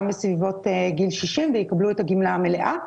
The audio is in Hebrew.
בסביבות גיל 60 ויקבלו את הגמלה המלאה.